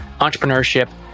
entrepreneurship